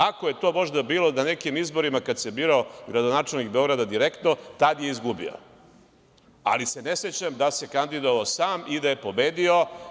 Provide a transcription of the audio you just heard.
Ako je to možda bilo na nekim izborima kada se birao gradonačelnik Beograda direktno, tad je izgubio, ali se ne sećam da se kandidovao sam i da je pobedio.